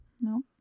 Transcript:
no